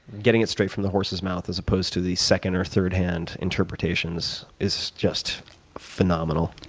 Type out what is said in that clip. getting it straight from the horse's mouth as opposed to the second or third hand interpretations is just phenomenal.